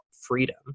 freedom